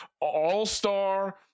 all-star